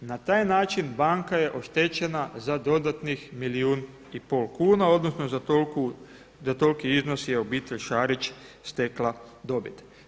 Na taj način banka je oštećen za dodatnih milijun i pol kuna odnosno za toliki iznos je obitelj Šarić stekla dobit.